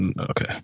Okay